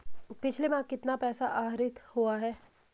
पिछले माह कितना पैसा आहरित हुआ है?